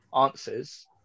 answers